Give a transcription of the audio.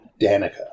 Danica